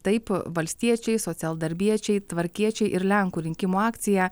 taip valstiečiai socialdarbiečiai tvarkiečiai ir lenkų rinkimų akcija